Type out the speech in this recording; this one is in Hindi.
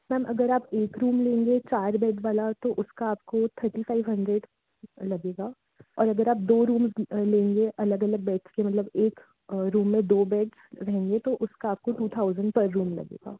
मैम अगर आप एक रूम लेंगे चार बेड वाला तो उसका आपको थर्टी फ़ाइव हण्ड्रेड लगेगा और अगर आप दो रूम लेंगे अलग अलग बेड्स के मतलब एक रूम में दो बेड रहेंगे तो उसका आपको टू थाउज़ेंड पर रूम लगेगा